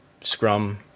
scrum